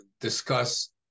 discuss